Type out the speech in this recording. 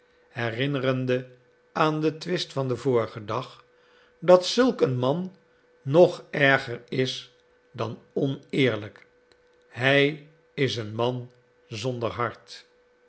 herinnerende aan den twist van den vorigen dag dat zulk een man nog erger is dan oneerlijk hij is een man zonder hart